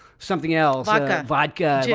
something else like that vodka, yeah